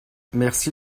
merci